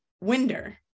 Winder